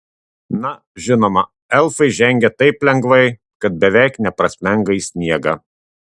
na žinoma elfai žengia taip lengvai kad beveik neprasmenga į sniegą